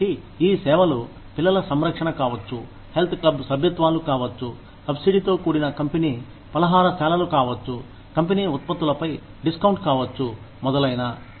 కాబట్టి ఈ సేవలు పిల్లల సంరక్షణ కావచ్చు హెల్త్ క్లబ్ సభ్యత్వాలు కావచ్చు సబ్సిడీతో కూడిన కంపెనీ ఫలహారశాలలు కావచ్చు కంపెనీ ఉత్పత్తులపై డిస్కౌంట్ కావచ్చు మొదలైన